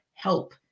Help